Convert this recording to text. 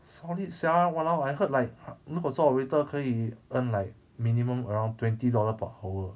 solid sia !walao! I heard like 如果做 waiter 可以 earn like minimum around twenty dollar per hour